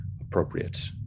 appropriate